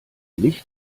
licht